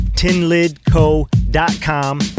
tinlidco.com